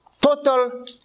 total